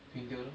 twin tail 的